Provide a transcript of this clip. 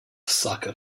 sucker